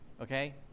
Okay